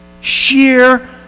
Sheer